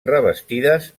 revestides